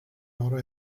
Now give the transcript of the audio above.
oro